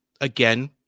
Again